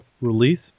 release